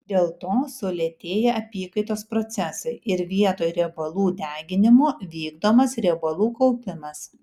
dėl to sulėtėja apykaitos procesai ir vietoj riebalų deginimo vykdomas riebalų kaupimas